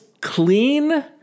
clean